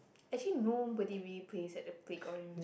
actually nobody really plays at the playground anymore